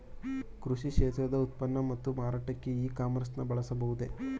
ಕೃಷಿ ಕ್ಷೇತ್ರದ ಉತ್ಪನ್ನ ಮತ್ತು ಮಾರಾಟಕ್ಕೆ ಇ ಕಾಮರ್ಸ್ ನ ಬಳಸಬಹುದೇ?